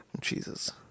Jesus